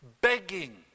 begging